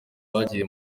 bagiye